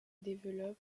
développent